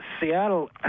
Seattle